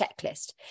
checklist